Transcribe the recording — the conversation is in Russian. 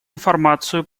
информацию